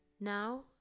Now